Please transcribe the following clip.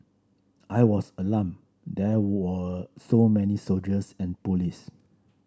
I was alarmed there were so many soldiers and police